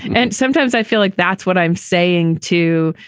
and sometimes i feel like that's what i'm saying, too.